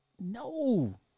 no